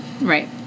Right